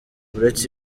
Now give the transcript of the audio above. uretse